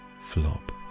flop